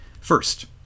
First